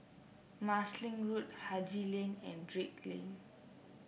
Marsiling Road Haji Lane and Drake Lane